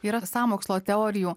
yra sąmokslo teorijų